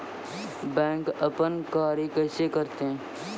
Bank अपन कार्य कैसे करते है?